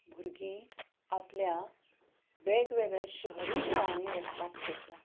भुरगीं आपल्या वेगवेगळ्या शहरी शाळांनी वचपाक सोदता